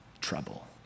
trouble